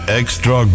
extra